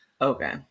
Okay